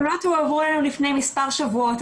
אלינו זה עבר לפני מספר שבועות.